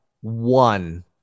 one